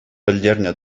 пӗлтернӗ